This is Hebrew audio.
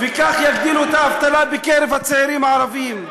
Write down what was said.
וכך יגדילו את האבטלה בקרב הצעירים הערבים.